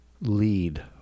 Lead